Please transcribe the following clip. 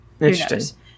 Interesting